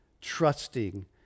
trusting